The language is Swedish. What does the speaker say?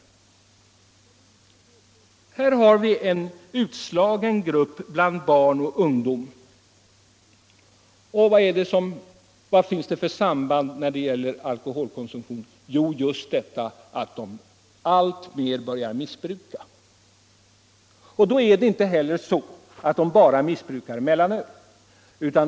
De utgör en utslagen grupp bland barn och ungdom. Vad visar de upp för bild när det gäller alkoholkonsumtionen? Jo, just att de alltmer börjar missbruka. Det är inte heller så att de bara missbrukar mellanöl.